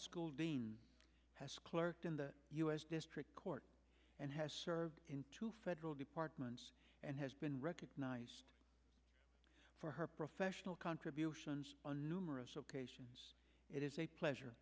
school dean has clerked in the u s district court and has served in two federal departments and has been recognized for her professional contributions on numerous occasions it is a pleasure